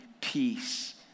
peace